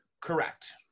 Correct